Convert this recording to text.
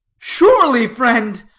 surely, friend,